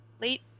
late